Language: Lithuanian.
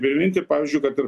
priminti pavyzdžiui kad ir